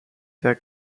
sehr